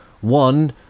One